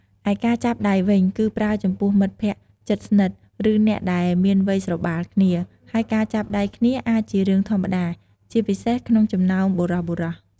ឯការចាប់ដៃវិញ គឺប្រើចំពោះមិត្តភក្តិជិតស្និទ្ធ ឬអ្នកដែលមានវ័យស្របាលគ្នា ហើយការចាប់ដៃគ្នាអាចជារឿងធម្មតា ជាពិសេសក្នុងចំណោមបុរសៗ។